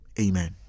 amen